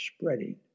spreading